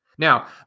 Now